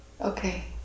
Okay